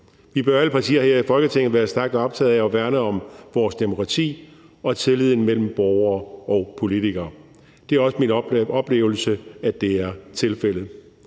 Alle partier her i Folketinget bør være stærkt optaget af at værne om vores demokrati og tilliden mellem borgere og politikere. Det er også min oplevelse, at det er tilfældet.